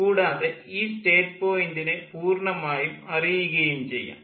കൂടാതെ ഈ സ്റ്റേറ്റ് പോയിൻ്റിനെ പൂർണ്ണമായും അറിയുകയും ചെയ്യാം